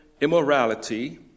immorality